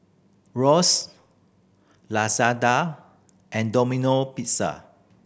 Royce Lazada and Domino Pizza